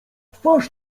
twarz